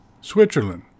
Switzerland